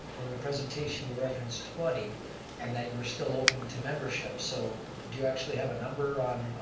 in your presentation you referenced twenty and that you were still open to membership. so do you actually have a number on,